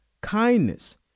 kindness